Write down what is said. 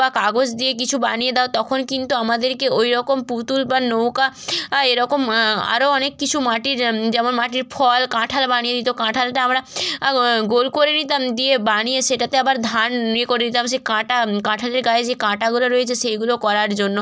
বা কাগজ দিয়ে কিছু বানিয়ে দাও তখন কিন্তু আমাদেরকে ওই রকম পুতুল বা নৌকা এরকম আরো অনেক কিছু মাটির যেমন মাটির ফল কাঁঠাল বানিয়ে দিতো কাঁঠালটা আমরা গোল করে নিতাম দিয়ে বানিয়ে সেটাতে আবার ধান ইয়ে করে নিতাম সে কাঁটা কাঁঠালের গায়ে যে কাঁটাগুলা রয়েছে সেইগুলো করার জন্য